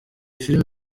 filimi